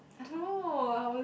I know I was